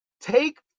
take